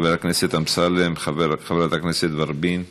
חבר הכנסת אמסלם, חברת הכנסת ורבין,